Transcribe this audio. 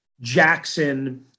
Jackson